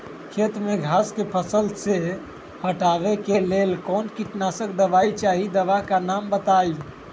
खेत में घास के फसल से हटावे के लेल कौन किटनाशक दवाई चाहि दवा का नाम बताआई?